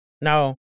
no